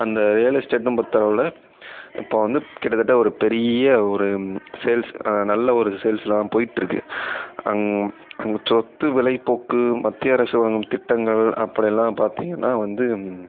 அந்த ரியல் எஸ்டேட்டும் பொருத்த அளவில் இப்போது வந்து கிட்டத்தட்ட ஒரு பெரிய ஒரு சேல்ஸ் நல்ல ஒரு சேல்ஸ்லாம் போய்ட்டு இருக்குது அந்த சொத்து விலை போக்கு மத்திய அரசு வழங்கும் திட்டங்கள் அப்படி எல்லாம் பார்த்திங்கன்னா வந்து